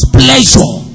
pleasure